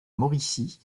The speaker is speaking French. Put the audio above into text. mauricie